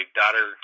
daughter